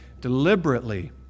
deliberately